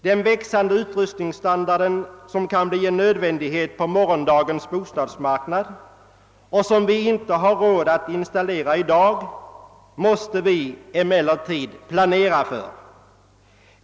Den växande utrustningsstandard som kan bli en nödvändighet på morgondagens bostadsmarknad och som vi inte har råd att installera i dag måste vi emellertid planera för.